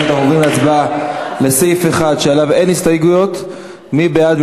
אנחנו עוברים להצביע על ההסתייגות לפני סעיף 1. מי בעד?